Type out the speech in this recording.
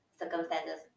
circumstances